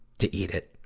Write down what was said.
to eat it.